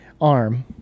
arm